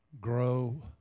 grow